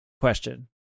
question